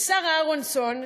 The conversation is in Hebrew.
שרה אהרונסון,